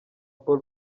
paul